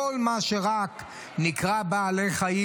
כל מה שרק נקרא בעלי חיים,